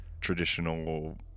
traditional